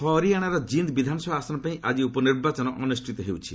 ଜିନ୍ଦ ହରିଆଣାର ଜିନ୍ଦ ବିଧାନସଭା ଆସନ ପାଇଁ ଆଜି ଉପନିର୍ବାଚନ ଅନୁଷ୍ଠିତ ହେଉଛି